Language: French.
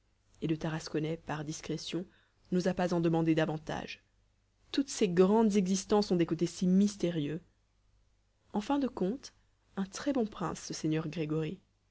et le tarasconnais par discrétion n'osa pas en demander davantage toutes ces grandes existences out des côtés si mystérieux en fin de compte un très bon prince ce seigneur grégory